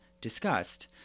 discussed